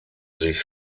sich